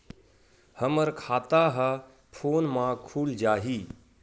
हमर खाता ह फोन मा खुल जाही?